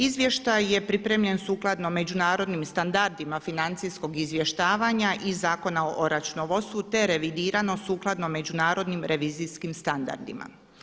Izvještaj je pripremljen sukladno međunarodnim standardima financijskog izvještavanja i Zakona o računovodstvu te revidirano sukladno međunarodnim revizijskim standardima.